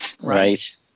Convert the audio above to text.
Right